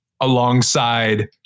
alongside